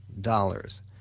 dollars